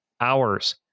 hours